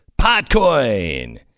Potcoin